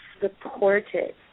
supported